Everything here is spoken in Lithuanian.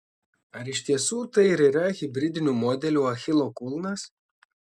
ar iš tiesų tai ir yra hibridinių modelių achilo kulnas